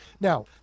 Now